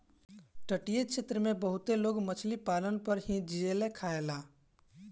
तटीय क्षेत्र में बहुते लोग मछरी पालन पर ही जिए खायेला